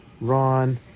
Ron